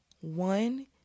One